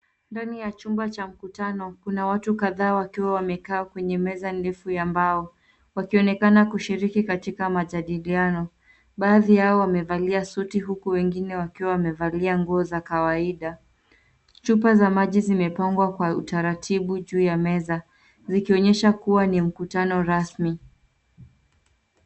Ndani ya chumba cha mkutano kuna watu kadhaa wakiwa wamekaa kwenye meza ndefu ya mbao. Wakionekana kushiriki katika majadiliano. Baadhi yao wamevalia suti huku wengine wakiwa wamevalia nguo za kawaida. Chupa za maji zimepangwa kwa utaratibu juu ya meza zikionyesha kuwa ni mkutano rasmi.